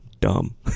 dumb